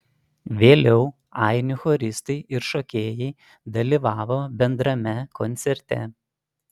vėliau ainių choristai ir šokėjai dalyvavo bendrame koncerte